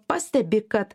pastebi kad